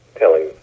telling